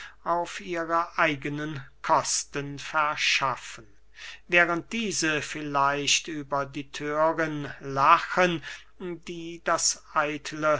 auf ihre eigene kosten verschaffen während diese vielleicht über die thörin lachen die das eitle